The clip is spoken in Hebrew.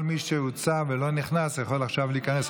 כל מי שהוצא ולא נכנס יכול עכשיו להיכנס,